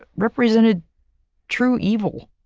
represented true evil.